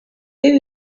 have